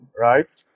right